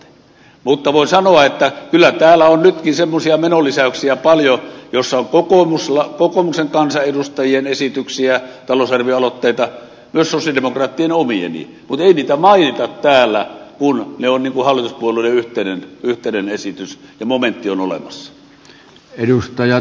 mutta voin sanoa että kyllä täällä on nytkin semmoisia menolisäyksiä paljon joissa on kokoomuksen kansanedustajien esityksiä talousarvioaloitteita myös sosialidemokraattien omieni mutta ei niitä mainita täällä kun ne ovat hallituspuolueiden yhteinen esitys ja momentti on olemassa